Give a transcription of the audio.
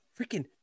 freaking